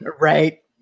Right